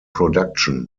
production